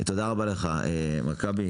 תודה רבה לך נציג מכבי.